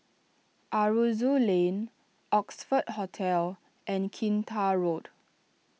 Aroozoo Lane Oxford Hotel and Kinta Road